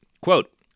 Quote